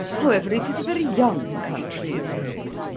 however, it is a very young country, isn't it?